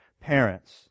parents